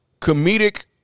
comedic